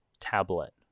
tablet